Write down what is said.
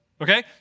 Okay